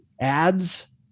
ads